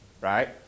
right